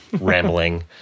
rambling